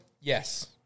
Yes